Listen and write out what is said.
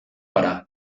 gara